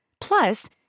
Plus